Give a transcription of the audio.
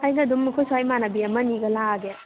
ꯑꯩꯒ ꯑꯗꯨꯝ ꯑꯩꯈꯣꯏ ꯁ꯭ꯋꯥꯏ ꯏꯃꯥꯟꯅꯕꯤ ꯑꯃꯅꯤꯒ ꯂꯥꯛꯑꯒꯦ